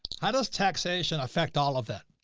how does taxation affect all of that?